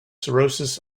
cirrhosis